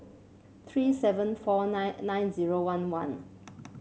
three seven four nine nine zero one one